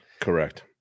Correct